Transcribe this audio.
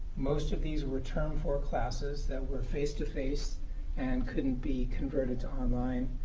most of these were term four classes that were face-to-face and couldn't be converted to online